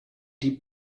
die